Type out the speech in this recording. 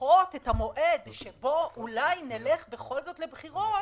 לדחות את המועד שבו אולי נלך בכל זאת לבחירות